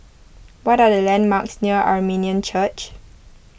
what are the landmarks near Armenian Church